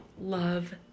love